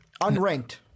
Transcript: Unranked